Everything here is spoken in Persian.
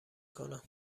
کنم